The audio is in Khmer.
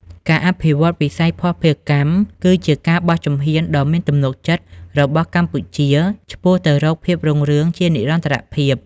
ការអភិវឌ្ឍវិស័យភស្តុភារកម្ម គឺជាការបោះជំហានដ៏មានទំនុកចិត្តរបស់កម្ពុជាឆ្ពោះទៅរកភាពរុងរឿងជានិរន្តរភាព។